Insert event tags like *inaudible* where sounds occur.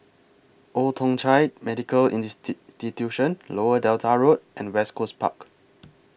Old Thong Chai Medical *unintelligible* Lower Delta Road and West Coast Park